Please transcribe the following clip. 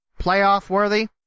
Playoff-worthy